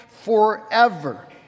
forever